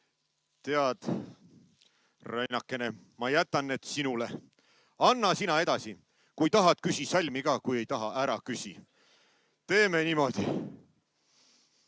Tead, Rainakene, ma jätan need sinule, anna sina edasi. Kui tahad, küsi salmi ka, kui ei taha, ära küsi. Teeme niimoodi.